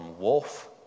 wolf